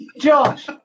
Josh